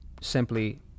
simply